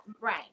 Right